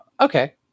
Okay